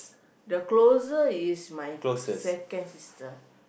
the closer is my second sister